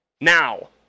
Now